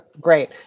Great